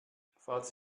falls